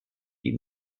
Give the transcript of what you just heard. die